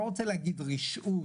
לא רוצה להגיד רשעות,